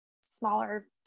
smaller